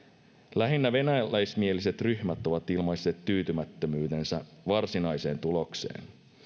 lähinnä venäläismieliset ryhmät ovat ilmaisseet tyytymättömyytensä varsinaiseen tulokseen